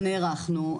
כן, ונערכנו.